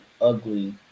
ugly